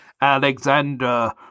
Alexander